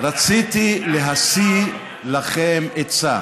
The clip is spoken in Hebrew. רציתי להשיא לכם עצה.